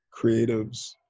creatives